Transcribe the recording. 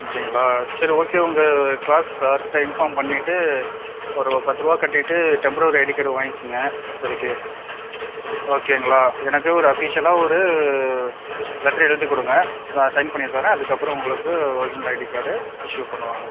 அப்படிங்ளா சரி ஓகே உங்கள் க்ளாஸ் சார் கிட்ட இன்ஃபார்ம் பண்ணிவிட்டு ஒரு பத்து ரூபா கட்டிவிட்டு டெம்பரவரி ஐடி கார்டு வாங்குங்க இப்போதிக்கு ஓகேங்ளா எனக்கு ஒரு அஃபீஸியலாக ஒரு லெட்டர் எழுதி கொடுங்க நான் சைன் பண்ணித்தரேன் அதுக்கப்புறம் உங்களுக்கு ஒர்ஜினல் ஐடி கார்டு இஸ்யூ பண்ணுவாங்க